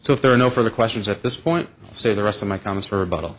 so if there are no further questions at this point so the rest of my comments for a bottle